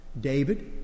David